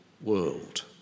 world